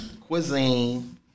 cuisine